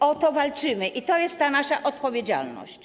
O to walczymy i to jest ta nasza odpowiedzialność.